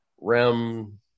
rem